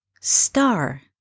star